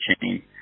chain